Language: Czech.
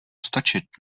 stačit